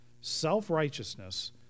self-righteousness